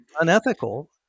Unethical